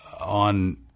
on